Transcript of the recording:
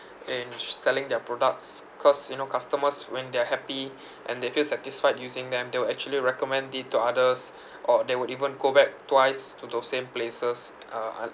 in selling their products cause you know customers when they are happy and they feel satisfied using them they will actually recommend it to others or they would even go back twice to those same places uh